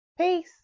Peace